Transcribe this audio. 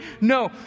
No